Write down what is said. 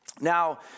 Now